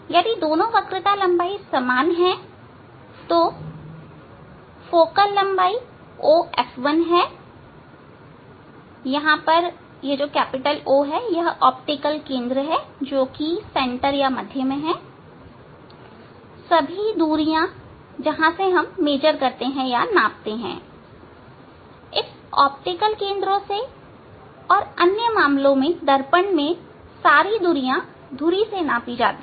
यदि दोनों वक्रता समान हैं तो फोकल लंबाई OF1 है यहां O ऑप्टिकल केंद्र है जो मध्य में है सभी दूरियां जहां से नापी जाती हैं इस ऑप्टिकल केंद्रों से और अन्य मामलों में दर्पण में सारी दूरियां धुरी से नापी जाती हैं